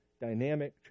dynamic